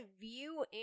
view